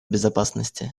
безопасности